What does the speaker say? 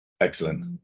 Excellent